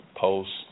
posts